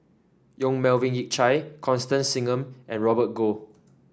Yong Melvin Yik Chye Constance Singam and Robert Goh